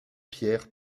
pierre